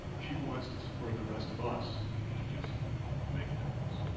she wants to spur the rest of us to do something, to make a difference.